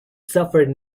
suffered